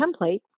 template